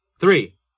Three